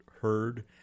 heard